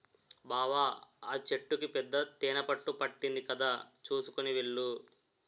బావా ఆ చెట్టుకి పెద్ద తేనెపట్టు పట్టింది కదా చూసుకొని వెళ్ళు